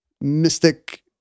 mystic